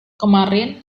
kemarin